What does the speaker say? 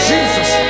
Jesus